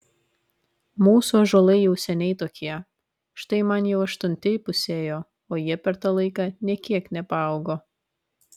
mūsų ąžuolai jau seniai tokie štai man jau aštunti įpusėjo o jie per tą laiką nė kiek nepaaugo